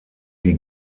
die